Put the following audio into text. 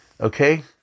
Okay